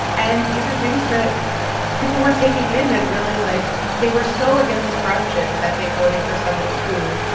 and these are things that people were taking in and really, like they were so against corruption that they voted for somebody who